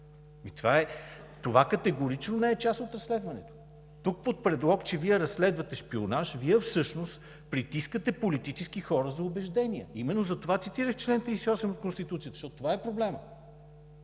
Това категорично не е част от разследване – под предлог, че Вие разследвате шпионаж, всъщност притискате политически хора заради убежденията им. Именно затова цитирах чл. 38 от Конституцията, защото това е проблемът.